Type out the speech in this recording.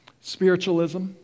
spiritualism